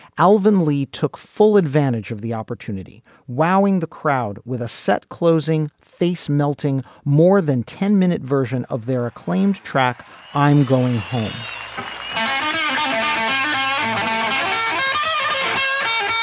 alvin lee took full advantage of the opportunity wowing the crowd with a set closing face melting more than ten minute version of their acclaimed track i'm going home they